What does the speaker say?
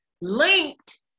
linked